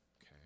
okay